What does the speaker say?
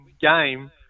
game